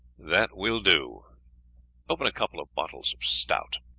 that will do open a couple of bottles of stout.